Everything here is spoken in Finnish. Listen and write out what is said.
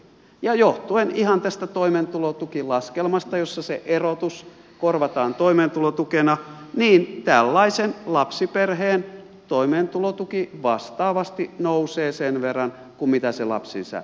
ja johtuen ihan tästä toimeentulotukilaskelmasta jossa se erotus korvataan toimeentulotukena tällaisen lapsiperheen toimeentulotuki vastaavasti nousee sen verran kuin mitä se lapsilisä leikkaantuu